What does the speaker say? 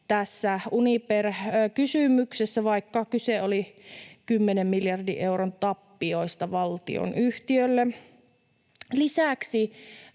tässä Uniper-kysymyksessä, vaikka kyse oli kymmenen miljardin euron tappioista valtionyhtiölle. Lisäksi